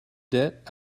debt